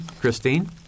Christine